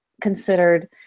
considered –